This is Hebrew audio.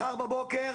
מחר בבוקר